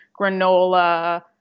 granola